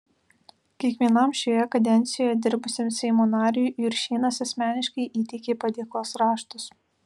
kiekvienam šioje kadencijoje dirbusiam seimo nariui juršėnas asmeniškai įteikė padėkos raštus